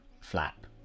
flap